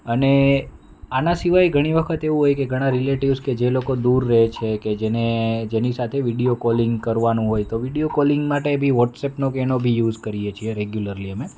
અને આના સિવાય ઘણી વખત એવું હોય કે ઘણા રિલેટિવસ કે જે લોકો દૂર રહે છે કે જેને જેની સાથે વીડિયો કોલિંગ કરવાનું હોય તો વીડિયો કોલિંગ માટે બી વોટ્સએપનો કે એનો બી યુઝ કરીએ છીએ રેગ્યુલરલી અમે